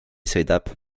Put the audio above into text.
sõidab